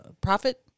profit